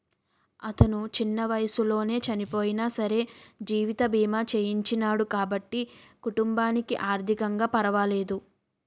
అతను చిన్న వయసులోనే చనియినా సరే జీవిత బీమా చేయించినాడు కాబట్టి కుటుంబానికి ఆర్ధికంగా పరవాలేదు